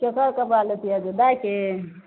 ककर कपड़ा लैतियै जे दाइके